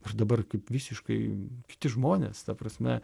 aš dabar kaip visiškai kiti žmonės ta prasme